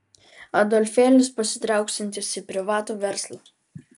adolfėlis pasitrauksiantis į privatų verslą